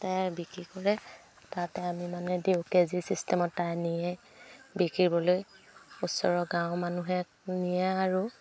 তাই বিক্ৰী কৰে তাতে আমি মানে দিওঁ কে জি ছিষ্টেমত তাই নিয়ে বিকিবলৈ ওচৰৰ গাঁওৰ মানুহে নিয়ে আৰু